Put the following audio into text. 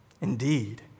Indeed